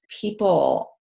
People